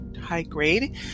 high-grade